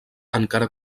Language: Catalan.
encara